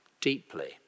deeply